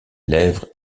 lèvres